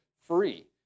free